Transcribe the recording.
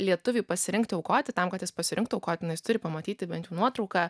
lietuviui pasirinkti aukoti tam kad jis pasirinktų aukoti na jis turi pamatyti bent jau nuotrauką